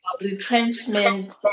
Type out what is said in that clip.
retrenchment